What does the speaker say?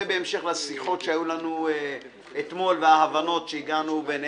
זה בהמשך לשחות שהיו לנו אתמול וההבנות שהגענו בינינו.